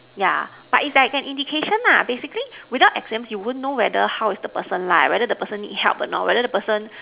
yeah but it's like an indication lah basically without exams you wouldn't know whether how is the person like whether the person need help or not whether the person